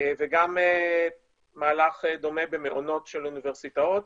וגם מהלך דומה במעונות של אוניברסיטאות.